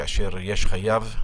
כאשר יש חייב,